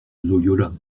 loyola